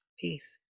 Peace